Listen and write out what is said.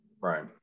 Right